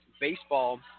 baseball